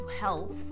health